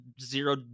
zero